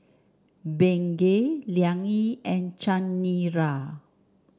Bengay Liang Yi and Chanira